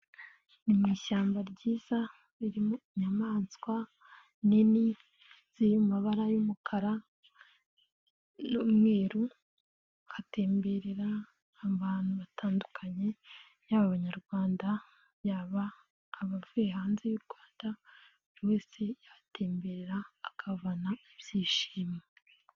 Ni mu ishyamba ryiza ri inyamaswa, nini ziri mu mabara y'umukara n'umweru, hatemberera abantu batandukanye, yaba abanyarwanda, yaba abavuye hanze y'u Rwanda buri wese yahatemberera, akahavana ibyishimo.